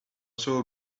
saw